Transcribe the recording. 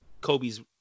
Kobe's